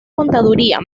contaduría